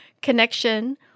connection